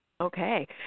Okay